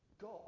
God